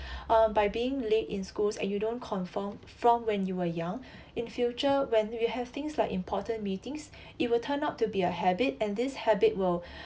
um by being late in schools and you don't conform from when you were young in future when we have things like important meetings it will turn out to be a habit and this habit will